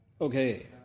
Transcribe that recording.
Okay